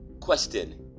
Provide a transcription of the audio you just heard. Question